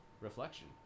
reflection